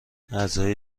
اعضای